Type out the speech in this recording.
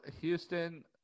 Houston